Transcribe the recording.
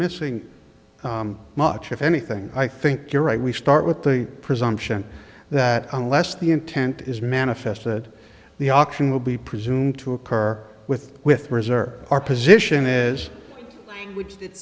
missing much if anything i think you're right we start with the presumption that unless the intent is manifested the auction will be presumed to occur with with reserve our position is